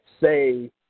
say –